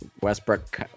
Westbrook